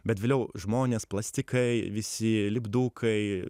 bet vėliau žmonės plastikai visi lipdukai